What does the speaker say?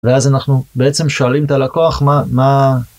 ואז אנחנו בעצם שואלים את הלקוח מה, מה...